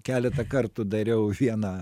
keletą kartų dariau vieną